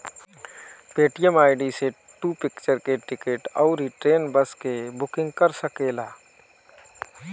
Paytm ID से तू picture के टिकट अउरी ट्रेन, बस के बुकिंग कर सकेला